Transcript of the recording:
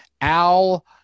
Al